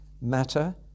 Matter